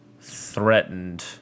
threatened –